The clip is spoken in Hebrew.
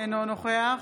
אינו נוכח